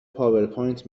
پاورپوینت